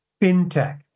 fintech